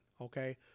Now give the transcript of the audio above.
okay